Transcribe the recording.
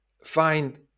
find